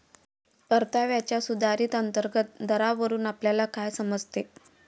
परताव्याच्या सुधारित अंतर्गत दरावरून आपल्याला काय समजते?